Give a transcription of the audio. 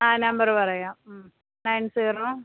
ആ നമ്പറ് പറയാം nine zero